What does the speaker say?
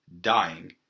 dying